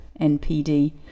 NPD